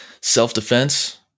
self-defense